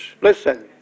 Listen